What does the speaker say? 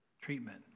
treatment